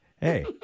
Hey